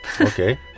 okay